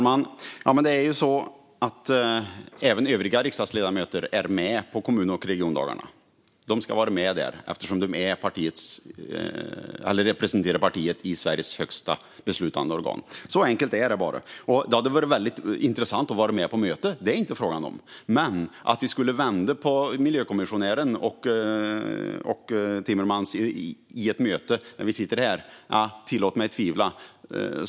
Herr talman! Även övriga riksdagsledamöter är med på kommun och regiondagarna. De ska vara med där eftersom de representerar partiet i Sveriges högsta beslutande organ. Så enkelt är det. Det hade varit väldigt intressant att vara med på mötet - det är inte fråga om det - men tillåt mig tvivla på att vi skulle kunna få miljökommissionären och Timmermans att ändra sig när vi sitter i ett möte.